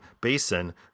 basin